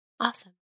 Awesome